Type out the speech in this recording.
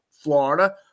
Florida